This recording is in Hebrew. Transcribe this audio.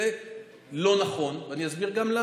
זה לא נכון, ואני אסביר גם למה.